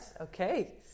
okay